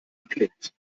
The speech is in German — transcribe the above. geklebt